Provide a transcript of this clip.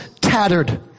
tattered